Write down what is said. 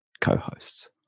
co-hosts